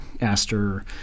Aster